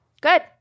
good